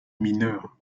mineures